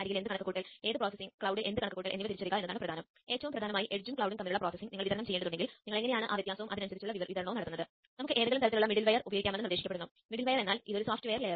ഉപകരണങ്ങൾ ചേർക്കുന്നതിന് ഇതാണ് നിങ്ങൾ ഉപയോഗിക്കുന്ന ബട്ടൺ ഇത് കണ്ടെത്തുന്നതിന് അടിസ്ഥാനപരമായി നിങ്ങൾ ഉപയോഗിക്കാൻ പോകുന്ന ബട്ടൺ ഇതാണ്